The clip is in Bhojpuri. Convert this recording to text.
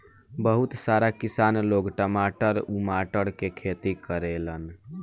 बहुत सारा किसान लोग टमाटर उमाटर के खेती करेलन